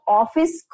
office